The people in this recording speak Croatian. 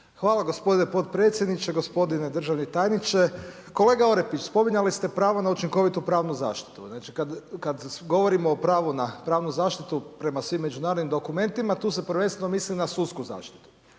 Hvala gospodine potpredsjedniče, gospodine državni tajniče. Kolega Orepić spominjali ste pravo na učinkovitu pravnu zaštitu, znači kad govorimo o pravu na pravnu zaštitu prema svim međunarodnim dokumentima tu se prvenstveno misli na sudsku zaštitu,